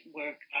work